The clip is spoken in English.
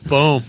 Boom